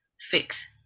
fix